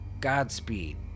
Godspeed